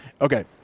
Okay